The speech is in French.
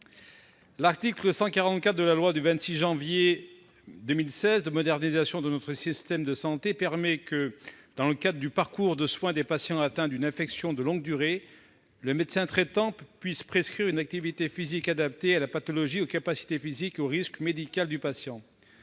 L'article 144 de la loi du 26 janvier 2016 de modernisation de notre système de santé permet que, dans le cadre du parcours de soins d'un patient atteint d'une affection de longue durée, le médecin traitant puisse prescrire une activité physique adaptée à la pathologie, aux capacités physiques et au risque médical du patient.